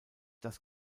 das